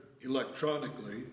electronically